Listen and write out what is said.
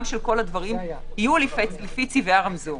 של כל הדברים - יהיו לפי צבעי הרמזור.